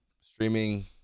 streaming